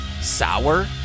sour